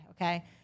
okay